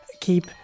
keep